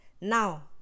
Now